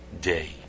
day